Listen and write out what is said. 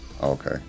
Okay